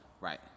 Right